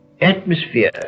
atmosphere